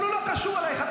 אבל הם לא קשורים אליכם.